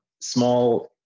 small